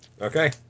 okay